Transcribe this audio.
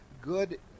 Good